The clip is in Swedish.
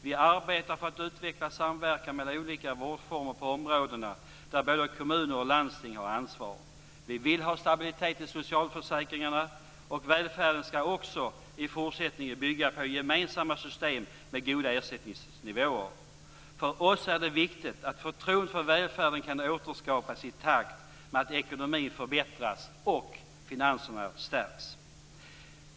Vi arbetar för att utveckla samverkan mellan olika vårdformer på områden där både kommuner och landsting har ansvar. Vi vill ha stabilitet i socialförsäkringarna. Välfärden skall också i fortsättningen bygga på gemensamma system med goda ersättningsnivåer. För oss är det viktigt att förtroendet för välfärden kan återskapas i takt med att ekonomin förbättras och finanserna stärks.